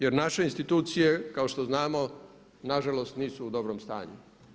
Jer naše institucije kao što znamo nažalost nisu u dobrom stanju.